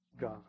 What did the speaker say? God